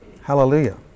Hallelujah